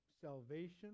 salvation